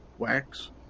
Wax